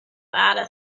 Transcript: ada